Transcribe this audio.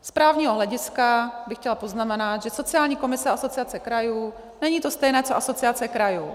Z právního hlediska bych chtěla poznamenat, že sociální komise Asociace krajů není to samé co Asociace krajů.